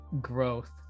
Growth